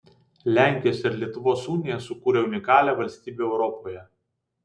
lenkijos ir lietuvos unija sukūrė unikalią valstybę europoje